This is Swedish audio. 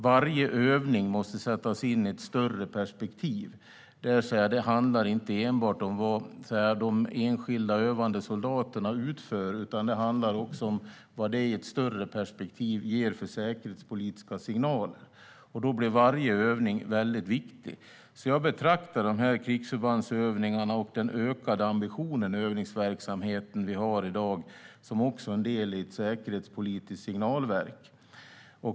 Varje övning måste sättas in i ett större perspektiv. Det handlar inte enbart om vad de enskilda övande soldaterna utför, utan det handlar också om vad det i ett större perspektiv ger för säkerhetspolitiska signaler. Då blir varje övning väldigt viktig. Jag betraktar krigsförbandsövningarna och den ökade ambition vi i dag har i övningsverksamheten också som en del i ett säkerhetspolitiskt signalverk.